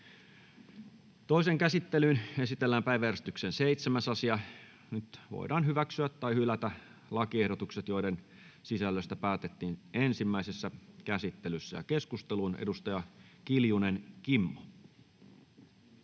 Toiseen käsittelyyn esitellään päiväjärjestyksen 7. asia. Nyt voidaan hyväksyä tai hylätä lakiehdotukset, joiden sisällöstä päätettiin ensimmäisessä käsittelyssä. Keskusteluun. — Edustaja Kiljunen, Kimmo.